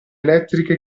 elettriche